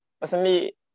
personally